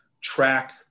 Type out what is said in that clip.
track